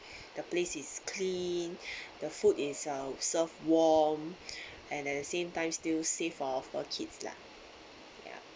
the place is clean the food is uh served warm and at the same time still safe for for kids lah yeah